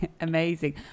Amazing